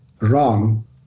wrong